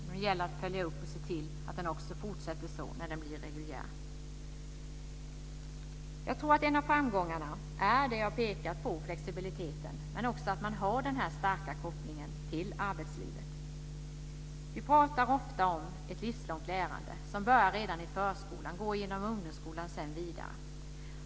Nu gäller det att följa upp och se till att den också fortsätter så när den blir reguljär. Jag tror att en av framgångarna är just flexibiliteten, som jag har pekat på, men också att man har denna starka koppling till arbetslivet. Vi pratar ofta om ett livslångt lärande som börjar redan i förskolan, går genom ungdomsskolan och sedan vidare.